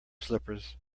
slippers